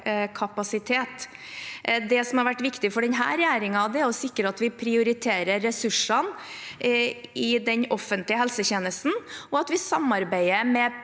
Det som har vært viktig for denne regjeringen, er å sikre at vi prioriterer ressursene i den offentlige helsetjenesten, og at vi samarbeider med